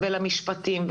למשפטים,